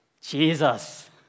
Jesus